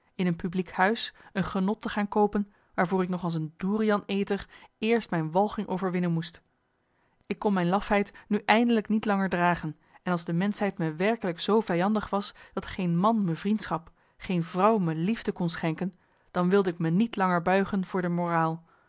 in een publiek huis een genot te gaan koopen waarvoor ik nog als een doerian eter eerst mijn walging overwinnen moest ik kon mijn lafheid nu eindelijk niet langer dragen en als de menschheid me werkelijk zoo vijandig was dat geen man me vriendschap geen vrouw me liefde kon schenken dan wilde ik me niet langer buigen voor d'r moraal